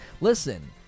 Listen